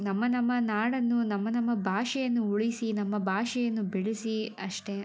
ನಮ್ಮ ನಮ್ಮ ನಾಡನ್ನು ನಮ್ಮ ನಮ್ಮ ಭಾಷೆಯನ್ನು ಉಳಿಸಿ ನಮ್ಮ ಭಾಷೆಯನ್ನು ಬೆಳೆಸಿ ಅಷ್ಟೆ